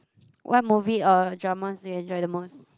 what movie or drama do you enjoy the most